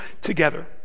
together